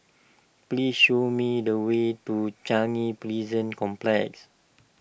please show me the way to Changi Prison Complex